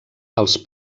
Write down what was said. als